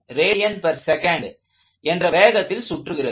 5 rads என்ற வேகத்தில் சுற்றுகிறது